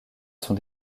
sont